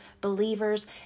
believers